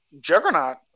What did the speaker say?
Juggernaut